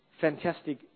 fantastic